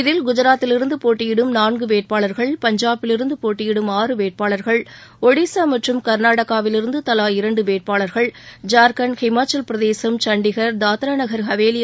இதில் குஜராத்திலிருந்து போட்டியிடும் நான்கு வேட்பாளர்கள் பஞ்சாபிலிருந்து போட்டியிடும் ஆறு வேட்பாளர்கள் ஒடிஷா மற்றும் கர்நாடகாவிலிருந்து தலா இரண்டு வேட்பாளர்கள் ஜார்க்கண்ட் ஹிமாச்சலப்பிரதேசம் சண்டிகர் தாத்ராநகர்ஹவேலி